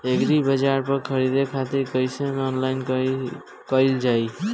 एग्रीबाजार पर खरीदे खातिर कइसे ऑनलाइन कइल जाए?